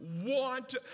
want